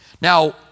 Now